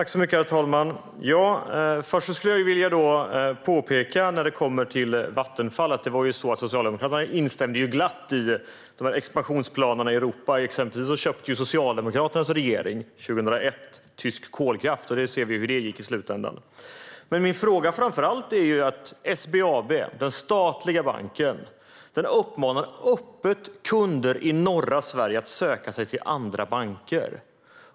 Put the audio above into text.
Herr talman! När det gäller Vattenfall skulle jag vilja påpeka att Socialdemokraterna glatt instämde i expansionsplanerna i Europa; exempelvis köpte den socialdemokratiska regeringen tysk kolkraft år 2001. Vi ser hur det gick i slutändan. Min fråga gäller dock framför allt den statliga banken SBAB. Den uppmanar öppet kunder i norra Sverige att söka sig till andra banker.